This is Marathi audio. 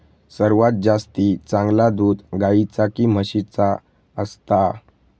सर्वात जास्ती चांगला दूध गाईचा की म्हशीचा असता?